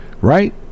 Right